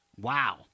Wow